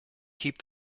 keep